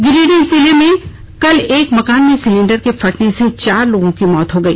गिरिडीह जिले में कल एक मकान में सिलिंडर के फटने से चार लोगों की मौत हो गई